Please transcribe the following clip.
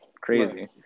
crazy